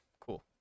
cool